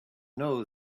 know